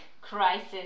crisis